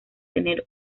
tener